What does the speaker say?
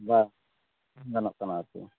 ᱵᱟ ᱵᱟᱝ ᱜᱟᱱᱚᱜ ᱠᱟᱱᱟ ᱟᱨᱠᱤ